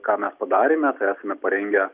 ką mes padarėme tai esame parengę